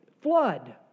flood